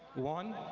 one,